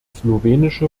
slowenische